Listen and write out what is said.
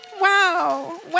Wow